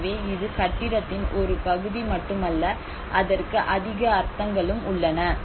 எனவே இது கட்டிடத்தின் ஒரு பகுதி மட்டுமல்ல அதற்கு அதிக அர்த்தங்களும் உள்ளன